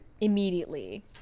immediately